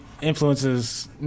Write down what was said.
influences